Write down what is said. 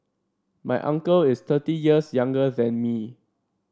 my uncle is thirty years younger than me